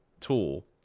tool